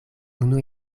unu